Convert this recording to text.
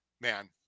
man